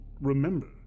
remember